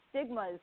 stigmas